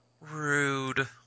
Rude